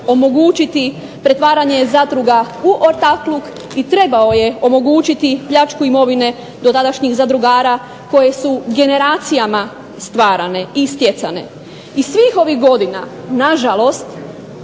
omogućiti pretvaranje zadruga u ortakluk i trebao je omogućiti pljačku imovine do današnjih zadrugara, koje su generacijama stvarane i stjecane. Iz svih ovih godina na žalost